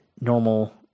normal